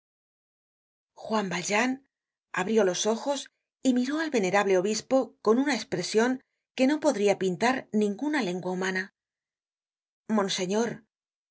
juan valjean abrió los ojos y miró al venerable obispo con una espresion que no podria pintar ninguna lengua humana monseñor